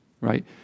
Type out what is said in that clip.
right